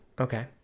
Okay